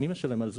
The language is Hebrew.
מי משלם על זה?